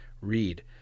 read